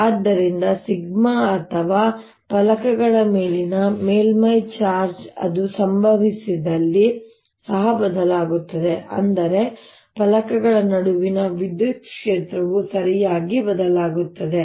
ಆದ್ದರಿಂದ ಸಿಗ್ಮಾ ಅಥವಾ ಫಲಕಗಳ ಮೇಲಿನ ಮೇಲ್ಮೈ ಚಾರ್ಜ್ ಅದು ಸಂಭವಿಸಿದಲ್ಲಿ ಸಹ ಬದಲಾಗುತ್ತದೆ ಅಂದರೆ ಫಲಕಗಳ ನಡುವಿನ ವಿದ್ಯುತ್ ಕ್ಷೇತ್ರವು ಸರಿಯಾಗಿ ಬದಲಾಗುತ್ತದೆ